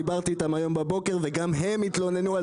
דיברתי איתם הבוקר וגם הם התלוננו.